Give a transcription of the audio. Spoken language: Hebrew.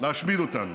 להשמיד אותנו.